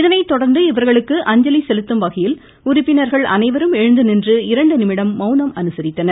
இதனைத்தொடர்ந்து இவர்களுக்கு அஞ்சலி செலுத்தும்வகையில் உறுப்பினர்கள் அனைவரும் எழுந்துநின்று இரண்டுநிமிடம் மவுனம் அனுசரித்தனர்